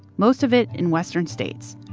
most of it in western states,